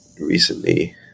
recently